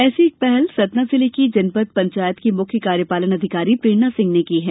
ऐसी एक पहल सतना जिले की जनपद पंचायत की मुख्य कार्यपालन अधिकारी प्रेरणा सिंह ने की है